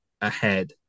ahead